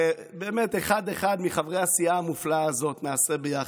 באמת עם כל אחד אחד מחברי הסיעה המופלאה הזאת נעשה ביחד.